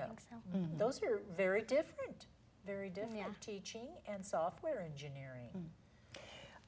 know those are very different very different teaching and software engineer